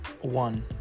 one